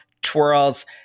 twirls